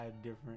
different